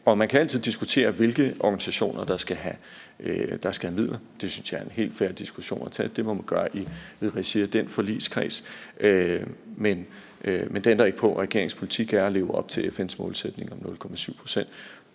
Man kan altid diskutere, hvilke organisationer der skal have midler. Det synes jeg er en helt fair diskussion at tage. Det må man gøre i regi af den forligskreds, men det ændrer ikke på, at regeringens politik er at leve op til FN's målsætning om 0,7 pct.